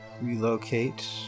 relocate